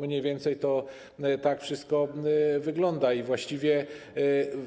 Mniej więcej tak to wszystko wygląda i właściwie